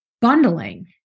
bundling